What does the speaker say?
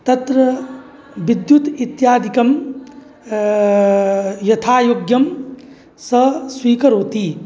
तत्र विद्युत् इत्यादिकं यथायोग्यं सः स्वीकरोति